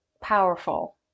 powerful